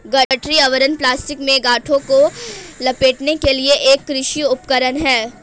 गठरी आवरण प्लास्टिक में गांठों को लपेटने के लिए एक कृषि उपकरण है